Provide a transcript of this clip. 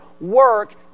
work